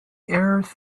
earth